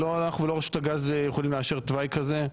לא אנחנו לולא רשות הגז יכולים לאשר תוואי כזה.